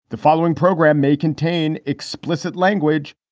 the following program may contain explicit language